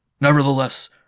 Nevertheless